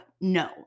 no